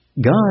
God